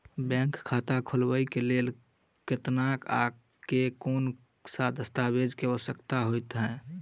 Bank खाता खोलबाबै केँ लेल केतना आ केँ कुन सा दस्तावेज केँ आवश्यकता होइ है?